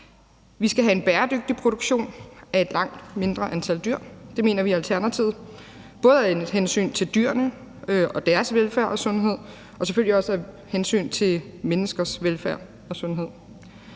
man skal have en bæredygtig produktion af et langt mindre antal dyr, både af hensyn til dyrene og deres velfærd og sundhed og selvfølgelig også af hensyn til menneskenes velfærd og sundhed.